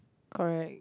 correct